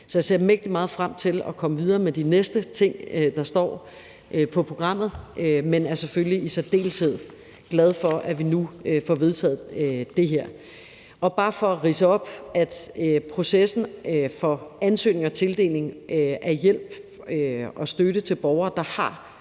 jeg ser mægtig meget frem til at komme videre med de næste ting, der står på programmet, men er selvfølgelig i særdeleshed glad for, at vi nu får vedtaget det her. Bare for at ridse op vil jeg sige, at processen for ansøgning og tildeling af hjælp og støtte til borgere, der har